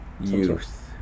Youth